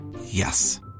Yes